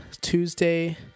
Tuesday